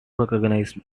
recognize